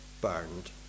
burned